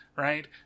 Right